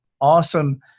awesome